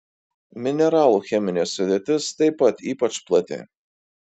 mineralų cheminė sudėtis taip pat ypač plati